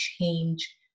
change